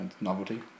novelty